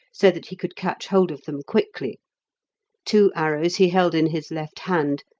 so that he could catch hold of them quickly two arrows he held in his left hand,